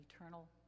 eternal